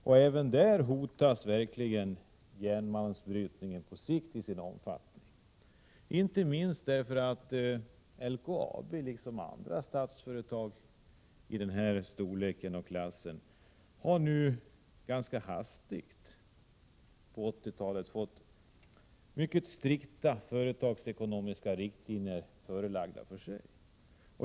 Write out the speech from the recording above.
Men även där är järnmalmsbrytningen på lång sikt hotad när det gäller dess nuvarande omfattning, inte minst därför att LKAB liksom andra statligt ägda företag i samma storleksordning nu på 80-talet ganska plötsligt förelagts mycket strikt företagsekonomiska riktlinjer.